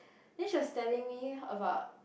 then she was telling me about